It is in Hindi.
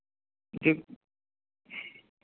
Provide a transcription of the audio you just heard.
ठीक